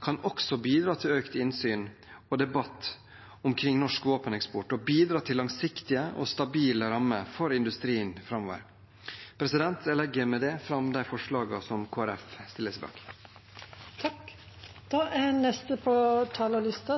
kan også bidra til økt innsyn i og debatt omkring norsk våpeneksport, og til langsiktige og stabile rammer for industrien framover. Jeg legger med det fram de forslagene som Kristelig Folkeparti stiller